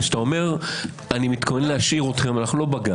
כשאתה אומר: אני מתכונן להשאיר אתכם אנחנו לא בגן.